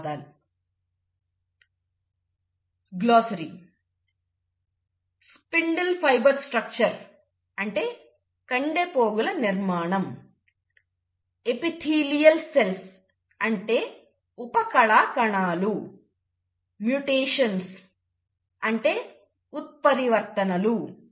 ధన్యవాదములు